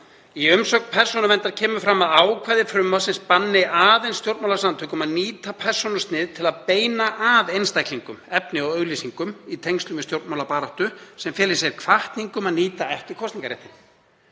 Í umsögn Persónuverndar kemur fram að ákvæði frumvarpsins banni aðeins stjórnmálasamtökum að nýta persónusnið til að beina að einstaklingum efni og auglýsingum í tengslum við stjórnmálabaráttu sem fela í sér hvatningu um að nýta ekki kosningarréttinn.